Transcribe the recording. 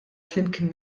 flimkien